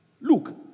Look